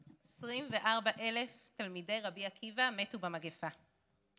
24,000 תלמידי רבי עקיבא מתו במגפה.